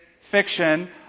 fiction